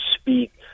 speak